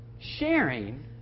Sharing